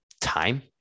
time